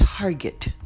target